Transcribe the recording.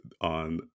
on